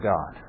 God